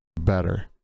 better